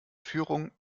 führung